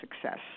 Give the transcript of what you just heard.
success